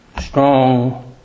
strong